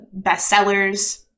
Bestsellers*